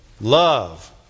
love